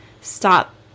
Stop